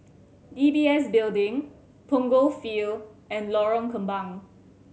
D B S Building Punggol Field and Lorong Kembang